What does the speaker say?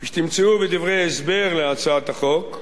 כפי שתמצאו בדברי ההסבר להצעת החוק,